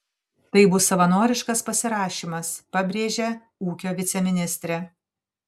tai bus savanoriškas pasirašymas pabrėžia ūkio viceministrė